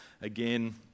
again